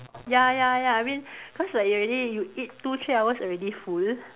ya ya ya I mean cause like you already you eat two three hours already full